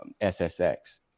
ssx